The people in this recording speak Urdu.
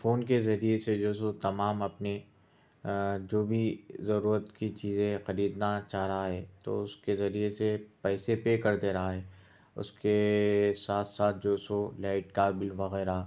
فون کے ذریعہ سے جو سو تمام اپنی آ جو بھی ضرورت کی چیزیں خریدنا چاہ رہا ہے تو اُس کے ذریعہ سے پیسے پے کر دے رہا ہے اُس کے ساتھ ساتھ جو سو لائٹ کا بل وغیرہ